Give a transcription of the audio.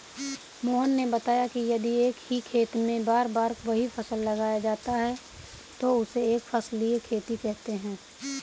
मोहन ने बताया कि यदि एक ही खेत में बार बार वही फसल लगाया जाता है तो उसे एक फसलीय खेती कहते हैं